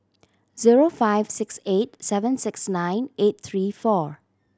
zero five six eight seven six nine eight three four